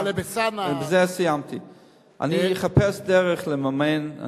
אני אחפש דרך לממן.